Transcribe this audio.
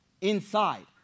inside